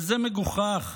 וזה מגוחך.